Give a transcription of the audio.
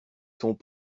sont